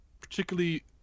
particularly